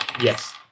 Yes